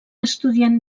estudiant